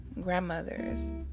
grandmothers